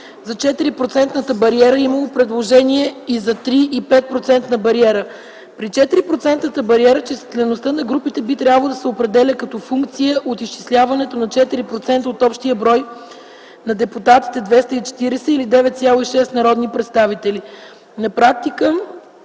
за 4-процентната бариера е имало предложения и за 3, и за 5-процентна бариера. При 4-процентната бариера числеността на групите би трябвало да се определя като функция от изчисляването на 4% от общия брой на депутатите – 240 или 9,6 народни представители.